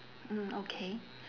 mm okay